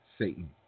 Satan